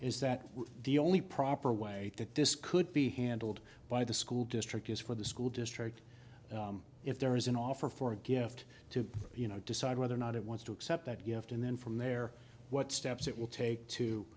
is that the only proper way that this could be handled by the school district is for the school district if there is an offer for a gift to you know decide whether or not it wants to accept that gift and then from there what steps it will take to